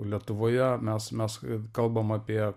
lietuvoje mes mes kalbam apie